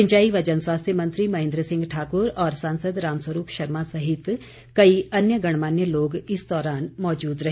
सिंचाई व जनस्वास्थ्य मंत्री महेन्द्र सिंह ठाकुर और सांसद रामस्वरूप शर्मा सहित कई अन्य गणमान्य लोग इस दौरान मौजूद रहे